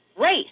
race